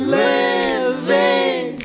living